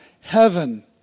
heaven